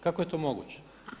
Kako je to moguće?